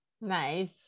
Nice